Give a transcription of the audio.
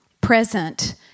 present